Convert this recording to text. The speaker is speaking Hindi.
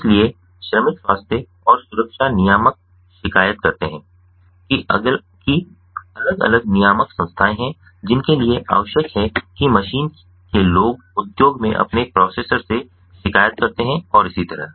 इसलिए श्रमिक स्वास्थ्य और सुरक्षा नियामक शिकायत करते हैं कि अलग अलग नियामक संस्थाएं हैं जिनके लिए आवश्यक है कि मशीनों के लोग उद्योग में अपने प्रोसेसर से शिकायत करते हैं और इसी तरह